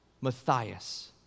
Matthias